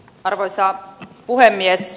arvoisa puhemies